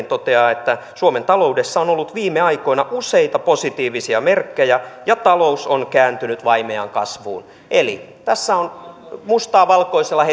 toteaa että suomen taloudessa on ollut viime aikoina useita positiivisia merkkejä ja talous on kääntynyt vaimeaan kasvuun eli tässä on mustaa valkoisella